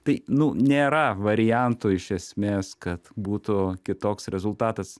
tai nu nėra varianto iš esmės kad būtų kitoks rezultatas